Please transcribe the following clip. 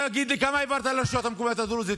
כמה העברת לשוטף של הרשויות המקומיות הדרוזיות?